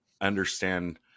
understand